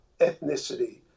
ethnicity